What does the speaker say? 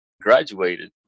graduated